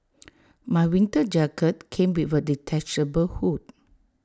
my winter jacket came with A detachable hood